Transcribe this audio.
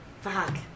fuck